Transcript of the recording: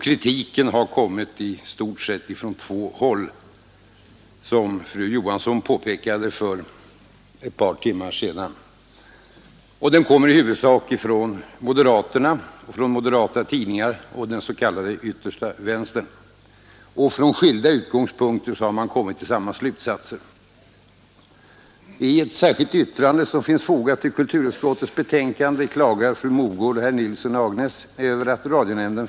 Kritiken har, såsom fru Johansson påpekade för ett par timmar sedan, i stort sett kommit från två håll. Den kommer i huvudsak från moderaterna och moderata tidningar samt från den s.k. yttersta vänstern. Från skilda utgångspunkter har man kommit till samma slutsatser.